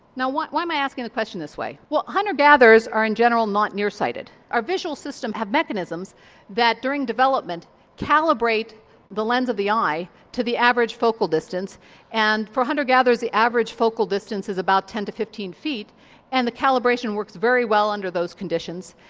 now why why am i asking the question this way? well hunter gatherers are in general not near-sighted. our visual systems have mechanisms that during development calibrate the length of the eye to the average focal distance and for hunter gatherers the average focal distance is about ten to fifteen feet and the calibration works very well under those conditions.